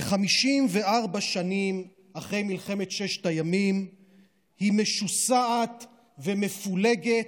ו-54 שנים אחרי מלחמת ששת הימים היא משוסעת ומפולגת.